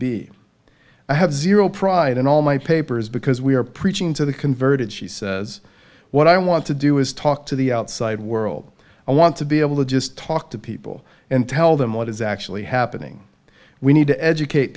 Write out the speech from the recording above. be i have zero pride in all my papers because we are preaching to the converted she says what i want to do is talk to the outside world i want to be able to just talk to people and tell them what is actually happening we need to educate